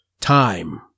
Time